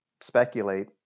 speculate